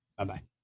Bye-bye